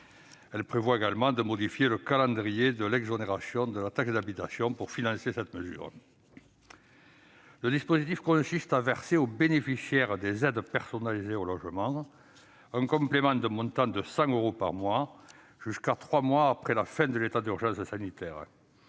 Elle prévoit en outre de modifier le calendrier de l'exonération de la taxe d'habitation pour financer cette mesure. Le dispositif envisagé consiste à verser aux bénéficiaires des aides personnalisées au logement un complément d'un montant de 100 euros par mois, jusqu'à trois mois après la fin de l'état d'urgence sanitaire.